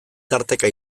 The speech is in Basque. tarteka